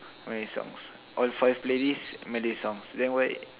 how many songs all five playlist many songs then why